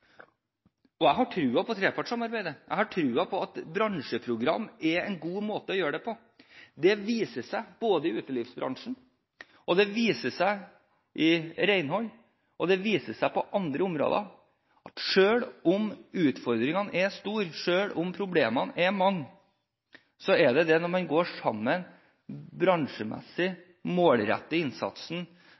Jeg har tro på trepartssamarbeidet. Jeg har tro på at bransjeprogram er en god måte å gjøre det på. Det viser seg i utelivsbransjen, det viser seg i renhold, og det viser seg på andre områder – selv om utfordringene er store, selv om problemene er mange – at det er når man går sammen bransjemessig og målretter innsatsen,